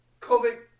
COVID